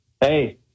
Hey